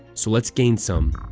so let's gain some.